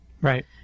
Right